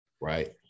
right